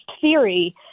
theory